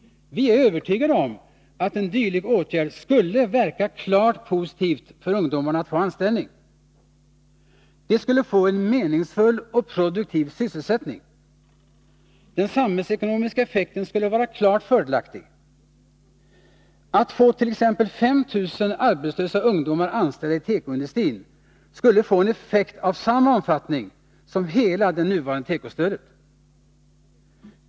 Vi är övertygade om att en dylik åtgärd skulle verka klart positivt för ungdomarnas möjligheter att få anställning. De skulle få en meningsfull och produktiv sysselsättning. Den samhällsekonomiska effekten skulle vara klart fördelaktig. Att få t.ex. 5000 arbetslösa ungdomar anställda i tekoindustrin skulle få en effekt av samma omfattning som hela det nuvarande tekostödet.